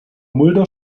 mulder